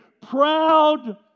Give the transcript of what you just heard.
Proud